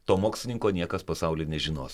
to mokslininko niekas pasauly nežinos